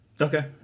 Okay